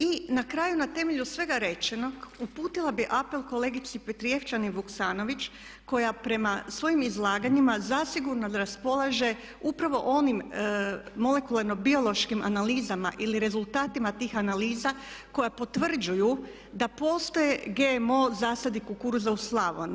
I na kraju na temelju svega rečenog uputila bih apel kolegici Petrijevčanin Vuksanović koja prema svojim izlaganjima zasigurno raspolaže upravo onim molekularno biološkim analizama ili rezultatima tih analiza koja potvrđuju da postoje GMO zasadi kukuruza u Slavoniji.